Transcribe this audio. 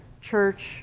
church